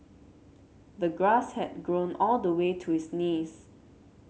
the grass had grown all the way to his knees